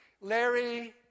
Larry